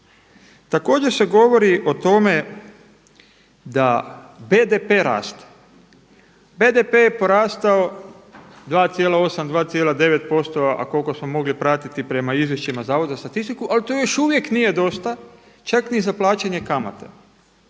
Također se govori o tome da BDP raste. BDP je porastao 2,8, 2,9% a koliko smo mogli pratiti prema izvješćima Zavoda za statistiku ali to još uvijek nije dosta čak ni za plaćanje kamate.